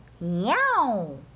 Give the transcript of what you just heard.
Meow